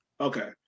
Okay